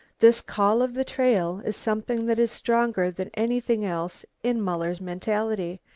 this call of the trail is something that is stronger than anything else in muller's mentality,